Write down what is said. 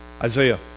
Isaiah